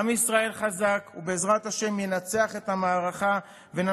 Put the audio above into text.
יש לנו עם נפלא חזק, ומחובתנו לשמור על האחדות